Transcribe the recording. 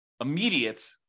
immediate